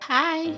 hi